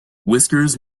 whiskers